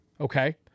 okay